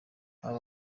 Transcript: aba